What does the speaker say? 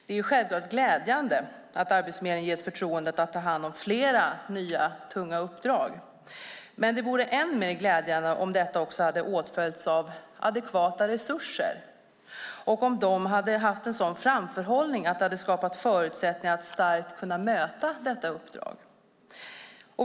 Det är självklart glädjande att Arbetsförmedlingen ges förtroendet att ta hand om flera nya tunga uppdrag, men det vore än mer glädjande om detta också hade åtföljts av adekvata resurser och om man hade haft en sådan framförhållning att det hade skapats förutsättningar att starkt kunna möta detta uppdrag.